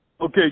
Okay